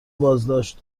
بازداشت